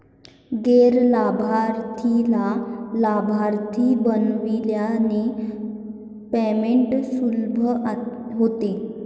गैर लाभार्थीला लाभार्थी बनविल्याने पेमेंट सुलभ होते